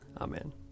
amen